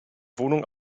wohnung